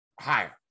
higher